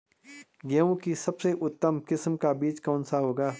गेहूँ की सबसे उत्तम किस्म का बीज कौन सा होगा?